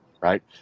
right